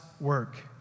Work